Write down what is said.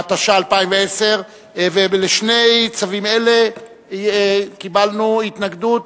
התש"ע 2010. לשני צווים אלה קיבלנו התנגדות